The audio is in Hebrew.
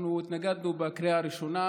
אנחנו התנגדנו בקריאה הראשונה,